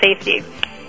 safety